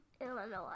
Illinois